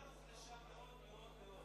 היא כבר הוחלשה מאוד מאוד מאוד.